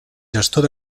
gestor